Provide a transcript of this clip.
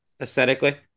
aesthetically